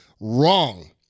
wrong